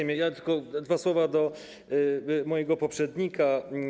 Powiem tylko dwa słowa do mojego poprzednika.